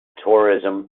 tourism